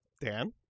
Dan